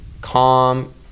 calm